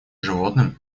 животным